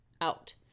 out